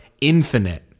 infinite